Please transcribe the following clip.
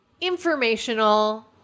informational